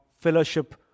fellowship